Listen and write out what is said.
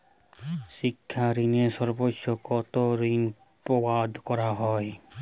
শিক্ষা ঋণে সর্বোচ্চ কতো ঋণ প্রদান করা হয়?